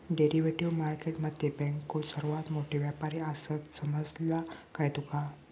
Derivative market मध्ये बँको सर्वात मोठे व्यापारी आसात, समजला काय तुका?